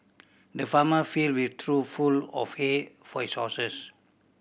the farmer filled trough full of hay for his horses